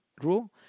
rule